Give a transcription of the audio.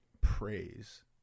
praise